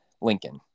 Lincoln